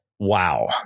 wow